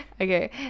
Okay